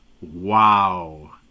Wow